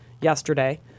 yesterday